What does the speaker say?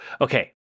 okay